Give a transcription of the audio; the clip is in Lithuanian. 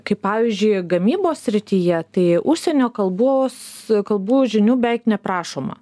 kaip pavyzdžiui gamybos srityje tai užsienio kalbos kalbų žinių beveik neprašoma